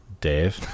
Dave